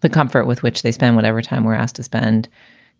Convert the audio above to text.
the comfort with which they spend, whatever time we're asked to spend